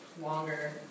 longer